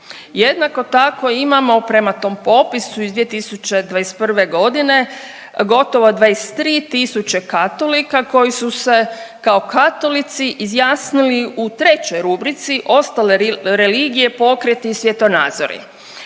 Jednako tako imamo prema tom popisu iz 2021. godine gotovo 23000 katolika koji su se kao katolici izjasnili u trećoj rubrici ostale religije, pokreti i svjetonazori.